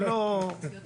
זה לא זה.